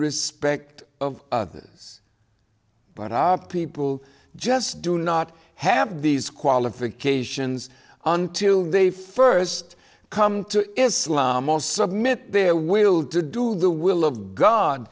respect of this but up people just do not have these qualifications until they first come to islam or submit their will to do the will of god